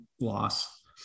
loss